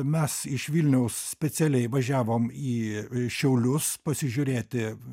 mes iš vilniaus specialiai važiavom į šiaulius pasižiūrėti